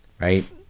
right